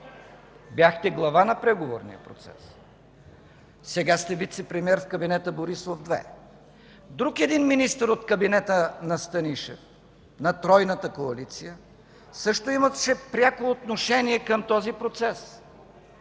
бяхте глава на преговорния процес. Сега сте вицепремиер в кабинета Борисов 2. Друг един министър от кабинета на Станишев, на тройната коалиция, също имаше пряко отношение към този процес